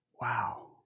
Wow